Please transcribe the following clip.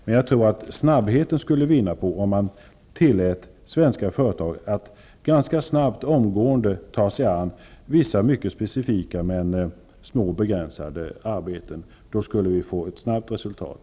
Men jag tror att vi skulle vinna ökad snabbhet om vi tillät svenska företag att ganska snart -- låt mig säga omgående -- ta sig an vissa mycket specifika och begränsade mindre arbeten. Då skulle vi få ett snabbt resultat.